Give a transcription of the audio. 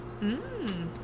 Mmm